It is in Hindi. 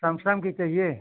सैमसंग का चाहिए